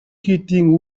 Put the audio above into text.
хийдийн